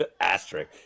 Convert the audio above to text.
Asterisk